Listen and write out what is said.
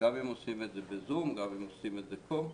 גם אם עושים את זה בזום, גם אם עושים את זה פה.